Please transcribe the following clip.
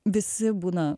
visi būna